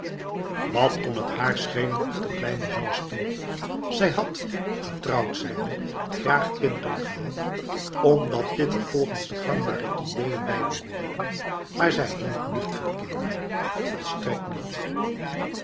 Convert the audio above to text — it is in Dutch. wat kon het haar schelen of kleine jean stierf zij had getrouwd zijnde graag kinderen gehad omdat er dit volgens de gangbare ideeën bij behoorde maarzij hield niet van kinderen volstrekt niet